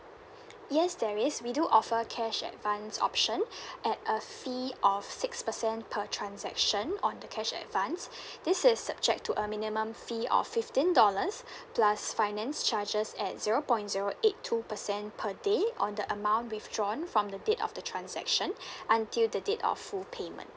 yes there is we do offer cash advance option at a fee of six percent per transaction on the cash advance this is subject to a minimum fee of fifteen dollars plus finance charges at zero point zero eight two percent per day on the amount withdrawn from the date of the transaction until the date of full payment